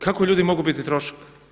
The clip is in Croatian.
Kako ljudi mogu biti trošak?